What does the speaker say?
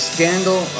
Scandal